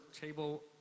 table